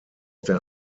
der